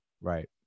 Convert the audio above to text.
Right